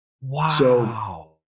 Wow